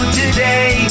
today